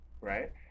Right